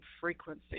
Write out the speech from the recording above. frequency